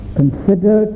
consider